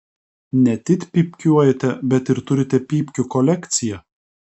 ne tik pypkiuojate bet ir turite pypkių kolekciją